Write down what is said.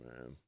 man